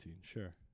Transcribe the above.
sure